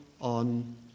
on